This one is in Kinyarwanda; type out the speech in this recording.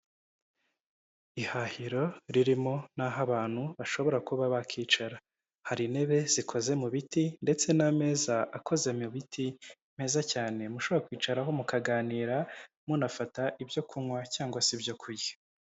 Ihahiro ririmo n'aho abantu bashobora kuba bakicara, hari intebe zikoze mu biti ndetse n'ameza akoze mu ibiti meza cyane, mushobora kwicaraho mukaganira munafata ibyo kunywa cyangwa se ibyo kurya.